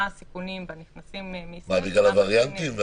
מה הסיכונים בנכנסים --- בגלל הווריאנטים?